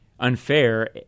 unfair